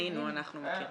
היינו, אנחנו מכירים.